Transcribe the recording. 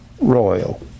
royal